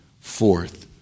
forth